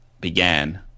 began